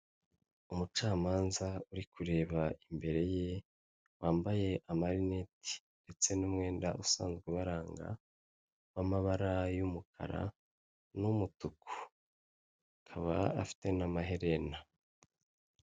Umucamanza uri kureba imbere ye wambaye amalinete ndetse n'umwenda usanzwe ubaranga w'amabara y'umukara n'umutuku akaba afite n'amaherena.